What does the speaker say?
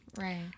Right